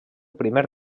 primer